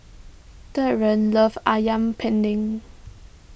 Derrell loves Ayam Pen Din